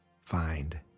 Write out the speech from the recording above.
find